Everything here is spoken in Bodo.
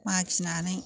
मागिनानै